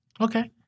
Okay